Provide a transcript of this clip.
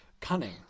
cunning